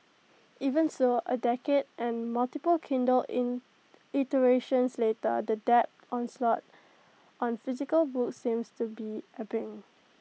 even so A decade and multiple Kindle in iterations later the tech onslaught on physical books seems to be ebbing